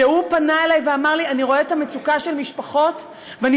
שפנה אלי ואמר: אני רואה את המצוקה של משפחות ואני